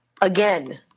again